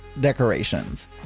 decorations